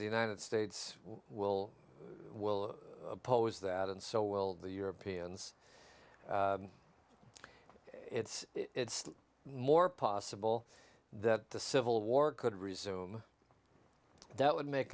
the united states will will oppose that and so will the europeans it's more possible that the civil war could resume that would make